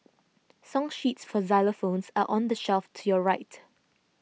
song sheets for xylophones are on the shelf to your right